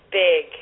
big